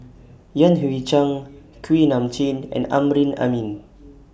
Yan Hui Chang Kuak Nam Jin and Amrin Amin